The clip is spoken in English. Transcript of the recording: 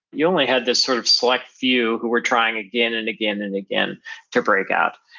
you only had this sort of select few who were trying again and again and again to break out.